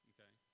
Okay